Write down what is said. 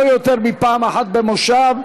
לא יותר מפעם אחת במושב,